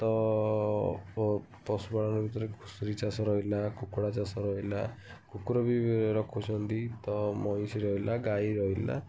ତ ପଶୁପାଳନ ଭିତରେ ଛେଳି ଚାଷ ରହିଲା କୁକୁଡ଼ା ଚାଷ ରହିଲା କୁକୁର ବି ରଖୁଛନ୍ତି ତ ମଇଁଷି ରହିଲା ଗାଈ ରହିଲା